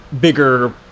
bigger